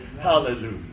Hallelujah